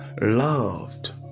loved